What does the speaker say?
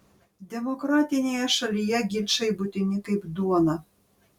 demokratinėje šalyje ginčai būtini kaip duona